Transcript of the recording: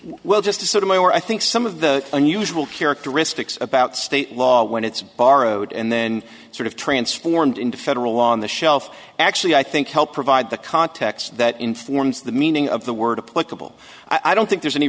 well just to sort of my where i think some of the unusual characteristics about state law when it's borrowed and then sort of transformed into federal law on the shelf actually i think help provide the context that informs the meaning of the word a political i don't think there's any